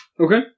Okay